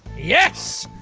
yes!